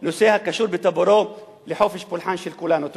נושא הקשור בטבורו לחופש הפולחן של כולנו.